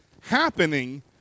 happening